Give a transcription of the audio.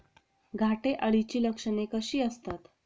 घाटे अळीची लक्षणे कशी असतात?